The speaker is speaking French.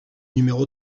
numéro